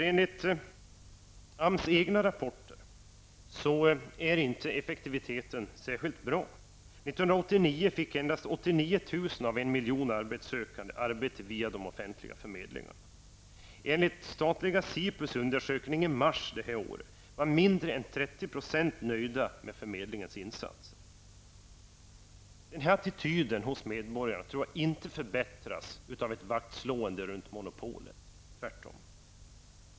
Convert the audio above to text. Enligt AMS egna rapporter är effektiviteten inte särskilt bra. År 1989 fick endast 89 000 av en miljon arbetssökande arbete via de offentliga förmedlingarna. Enligt statliga SIPUs undersökning i mars detta år, var mindre än 30 % nöjda med förmedlingens insatser. Jag tror inte att denna attityd hos medborgarna förbättras genom att man slår vakt om monopolet, tvärtom.